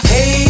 Hey